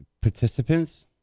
participants